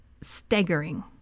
staggering